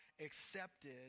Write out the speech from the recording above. accepted